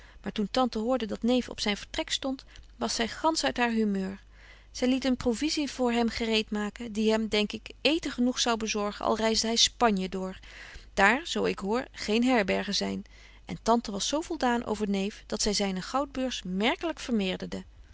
maar toen tante hoorde dat neef op zyn vertrek stondt was zy gantsch uit haar humeur zy liet een provisie voor hem gereet maken die hem denk ik eeten genoeg zou bezorgen al reisde hy spanjen door daar zo ik hoor geen herbergen zyn en tante was zo voldaan over neef dat zy zyne goudbeurs merkelyk vermeerderde